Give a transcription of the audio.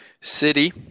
City